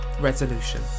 resolution